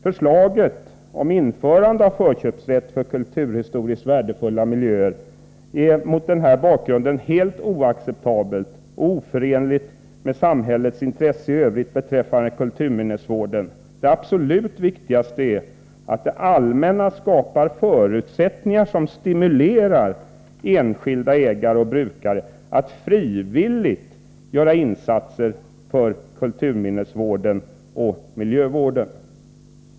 Förslaget om införande av en förköpsrätt för kulturhistoriskt värdefulla miljöer är mot denna bakgrund helt oacceptabelt och oförenligt med samhällets intresse i Övrigt beträffande kulturminnesvården. Det absolut viktigaste är att det allmänna skapar förutsättningar som stimulerar enskilda ägare och brukare att frivilligt göra insatser för kulturminnesvården och miljövården.